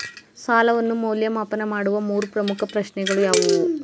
ಸಾಲವನ್ನು ಮೌಲ್ಯಮಾಪನ ಮಾಡುವ ಮೂರು ಪ್ರಮುಖ ಪ್ರಶ್ನೆಗಳು ಯಾವುವು?